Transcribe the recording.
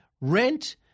rent